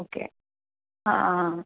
okay ആ ആ